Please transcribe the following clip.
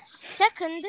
Second